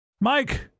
Mike